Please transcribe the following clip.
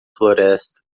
floresta